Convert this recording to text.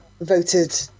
voted